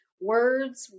Words